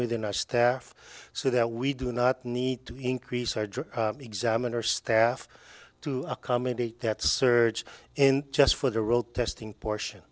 within our staff so that we do not need to increase our drug examiner staff to accommodate that surge and just for the road testing portion